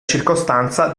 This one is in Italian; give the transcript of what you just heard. circostanza